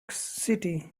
city